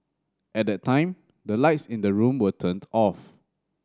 at that time the lights in the room were turned off